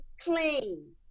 clean